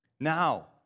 Now